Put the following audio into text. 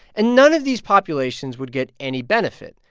and none of these populations would get any benefit,